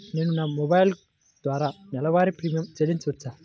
నేను నా మొబైల్ ద్వారా నెలవారీ ప్రీమియం చెల్లించవచ్చా?